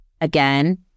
again